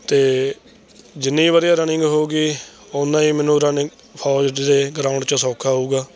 ਅਤੇ ਜਿੰਨੀ ਵਧੀਆ ਰਨਿੰਗ ਹੋਊਗੀ ਉਨਾ ਹੀ ਮੈਨੂੰ ਰਨਿੰਗ ਫੌਜ ਦੇ ਗਰਾਊਂਡ 'ਚ ਸੌਖਾ ਹੋਊਗਾ